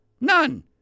None